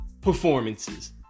performances